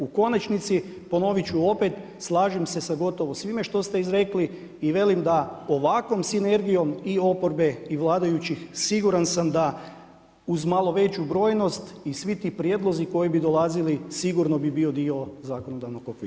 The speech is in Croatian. U konačnici ponovit ću opet, slažem se sa gotovo svime što ste izrekli i velim da ovakvom sinergijom i oporbe i vladajućih siguran sam da uz malo veću brojnost i svi ti prijedlozi koji bi dolazili sigurno bi bio dio zakonodavnog okvira.